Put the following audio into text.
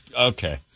Okay